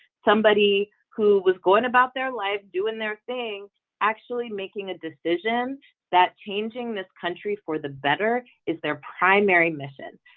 somebody who was going about their lives doing their thing actually making a decision that changing this country for the better is their primary mission.